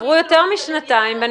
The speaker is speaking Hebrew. יותר משנתיים.